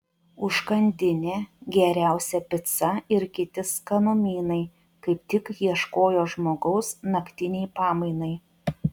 užkandinė geriausia pica ir kiti skanumynai kaip tik ieškojo žmogaus naktinei pamainai